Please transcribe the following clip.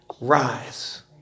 rise